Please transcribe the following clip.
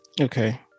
Okay